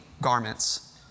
garments